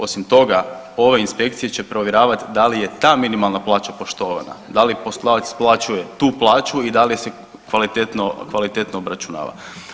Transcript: Osim toga, ove inspekcije će provjeravati da li je ta minimalna plaća poštovana, da li poslodavac isplaćuje tu plaću i da li se kvalitetno obračunava.